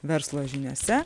verslo žiniose